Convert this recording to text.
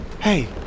Hey